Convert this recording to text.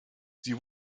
sie